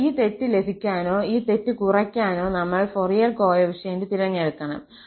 ഇപ്പോൾ ഈ തെറ്റ് ലഭിക്കാനോ ഈ തെറ്റ് കുറയ്ക്കാനോ നമ്മൾ ഫൊറിയർ കോഎഫിഷ്യന്റ് തിരഞ്ഞെടുക്കണം